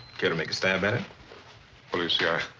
care to make a stab at it? well, you see,